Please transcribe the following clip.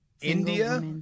India